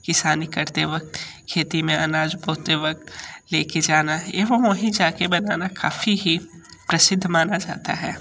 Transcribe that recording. किसानी करते वक्त खेती में अनाज बोते वक्त लेके जाना है एवं वहीं जाके बनाना काफ़ी ही प्रसिद्ध माना जाता है